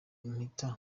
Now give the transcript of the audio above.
mpita